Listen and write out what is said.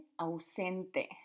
ausente